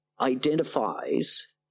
identifies